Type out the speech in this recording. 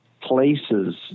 places